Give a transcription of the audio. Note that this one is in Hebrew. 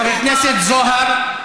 חבר הכנסת זוהר.